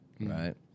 Right